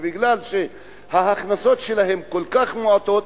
ומכיוון שההכנסות שלהם כל כך מעטות,